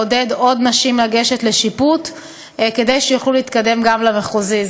לעודד עוד נשים לגשת לשיפוט כדי שיוכלו להתקדם גם למחוזי.